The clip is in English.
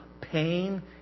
pain